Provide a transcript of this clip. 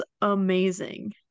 amazing